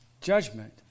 judgment